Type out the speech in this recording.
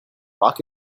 rock